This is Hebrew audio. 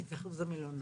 התאחדות המלונות.